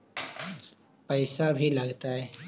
पैसा भी लगतय?